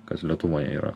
kas lietuvoje yra